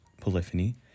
polyphony